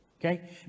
Okay